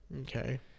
Okay